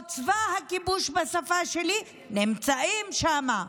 מה שנקרא, או צבא הכיבוש, בשפה שלי, נמצאים שם,